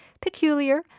peculiar